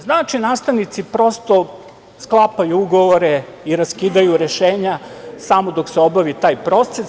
Znači, nastavnici prosto sklapaju ugovore i raskidaju rešenja samo dok se obavi taj proces.